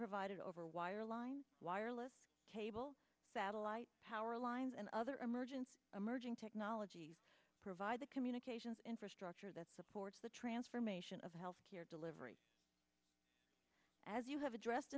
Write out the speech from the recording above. provided over wireline wireless cable satellite power lines and other emergency emerging technologies provide the communications infrastructure that supports the transformation of healthcare delivery as you have addressed